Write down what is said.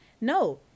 no